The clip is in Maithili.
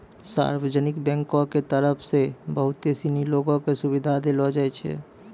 सार्वजनिक बैंको के तरफ से बहुते सिनी लोगो क सुविधा देलो जाय छै